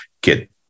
get